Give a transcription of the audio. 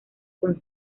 con